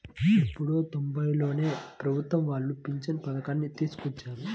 ఎప్పుడో తొంబైలలోనే ప్రభుత్వం వాళ్ళు పింఛను పథకాన్ని తీసుకొచ్చారు